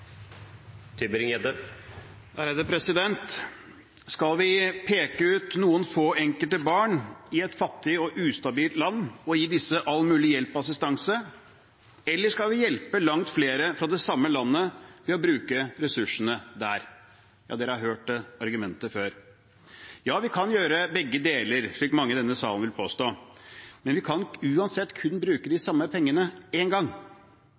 ustabilt land og gi disse all mulig hjelp og assistanse, eller skal vi hjelpe langt flere fra det samme landet ved å bruke ressursene der? Alle har hørt det argumentet før. Ja, vi kan gjøre begge deler, slik mange i denne salen vil påstå, men vi kan uansett kun bruke pengene én gang.